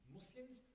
muslims